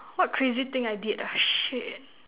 what crazy thing I did ah shit